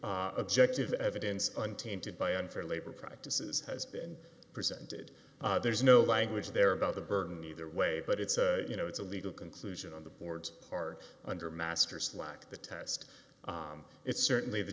if objective evidence untainted by unfair labor practices has been presented there's no language there about the burden either way but it's you know it's a legal conclusion on the boards are under master slack the test is certainly the